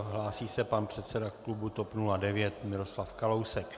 Hlásí se pan předseda klubu TOP 09 Miroslav Kalousek.